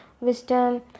wisdom